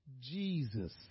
Jesus